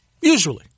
usually